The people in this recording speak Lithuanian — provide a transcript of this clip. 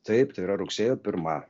taip tai yra rugsėjo pirma